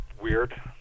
weird